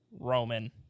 Roman